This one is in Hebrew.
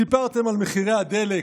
סיפרתם על מחירי הדלק,